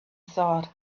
thought